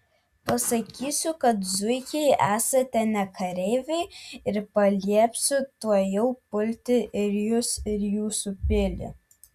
pasakysiu kad zuikiai esate ne kareiviai ir paliepsiu tuojau pulti ir jus ir jūsų pilį